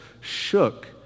shook